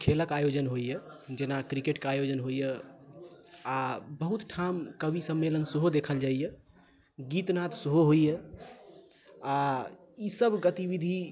खेलक आयोजन होइए जेना क्रिकेटके आयोजन होइए आ बहुत ठाम कवि सम्मलेन सेहो देखल जाइए गीत नाद सेहो होइए आ ईसभ गतिविधि